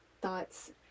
thoughts